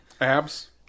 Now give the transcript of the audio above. abs